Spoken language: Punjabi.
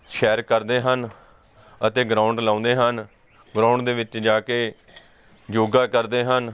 ਸੈਰ ਕਰਦੇ ਹਨ ਅਤੇ ਗਰਾਊਂਡ ਲਾਉਂਦੇ ਹਨ ਗਰਾਊਂਡ ਦੇ ਵਿੱਚ ਜਾ ਕੇ ਯੋਗਾ ਕਰਦੇ ਹਨ